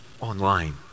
online